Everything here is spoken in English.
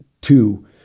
two